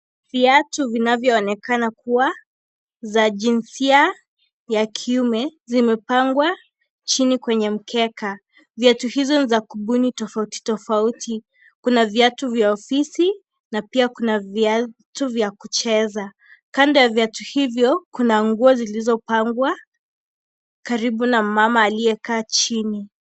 Viatu vinavyoonekana kuwa za jinsia ya kiume zimepangwa chini kwenye mkeka. Viatu hizo ni za kabuni tofauti tofauti. Kuna viatu vya ofisi, na pia kuna viatu vya kucheza. Kando ya viatu hivyo, Kuna nguo zilizopangwa karibu na mama aliyekaa chini